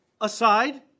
aside